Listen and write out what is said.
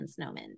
snowmen